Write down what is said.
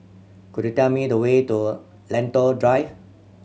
could you tell me the way to Lentor Drive